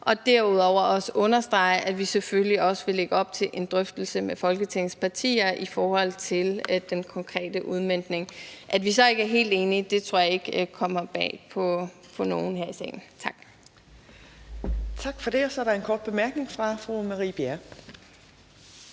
vil derudover også understrege, at vi selvfølgelig også vil lægge op til en drøftelse med Folketingets partier i forhold til den konkrete udmøntning. At vi så ikke er helt enige, tror jeg ikke kommer bag på nogen her i salen. Tak. Kl. 13:08 Fjerde næstformand (Trine Torp): Tak for det. Og så er der en kort bemærkning fra fru Marie Bjerre.